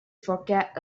forget